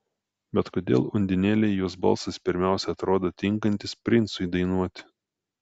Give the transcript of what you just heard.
bet kodėl undinėlei jos balsas pirmiausia atrodo tinkantis princui dainuoti